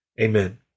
Amen